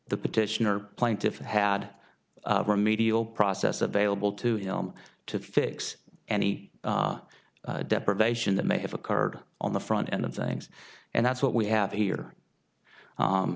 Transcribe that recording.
the petitioner plaintiffs had remedial process available to him to fix any deprivation that may have occurred on the front end of things and that's what we have here